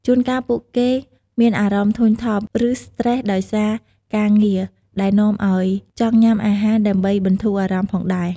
ជួនកាលពួកគេមានអារម្មណ៍ធុញថប់ ឬស្ត្រេសដោយសារការងារ ដែលនាំឱ្យចង់ញ៉ាំអាហារដើម្បីបន្ធូរអារម្មណ៍ផងដែរ។